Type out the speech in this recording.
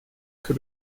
que